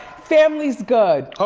family's good. hold